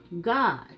God